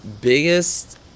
biggest